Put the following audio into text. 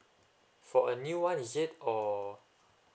for a new one is it or